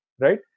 right